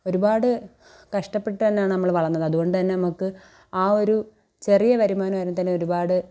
ഒരുപാട് കഷ്ടപ്പെട്ടാണ് തന്നെയാണ് നമ്മൾ വളർന്നത് അതുകൊണ്ട് തന്നെ നമുക്ക് ആ ഒരു ചെറിയ വരുമാനം അതിൽ തന്നെ ഒരുപാട്